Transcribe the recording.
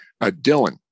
Dylan